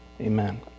amen